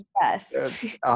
yes